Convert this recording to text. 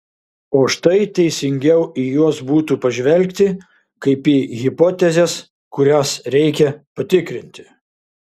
o štai teisingiau į juos būtų pažvelgti kaip į hipotezes kurias reikia patikrinti